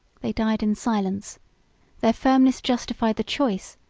they died in silence their firmness justified the choice,